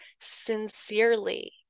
sincerely